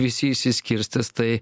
visi išsiskirstys tai